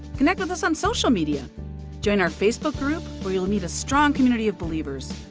connect with us on social media join our facebook group where you'll meet a strong community of believers.